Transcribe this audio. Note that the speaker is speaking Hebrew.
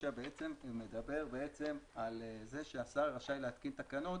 סעיף 29 מדבר על כך שהשר רשאי להתקין תקנות